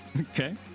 okay